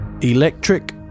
Electric